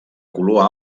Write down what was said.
color